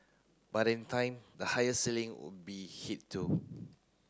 but in time the higher ceiling will be hit too